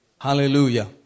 Hallelujah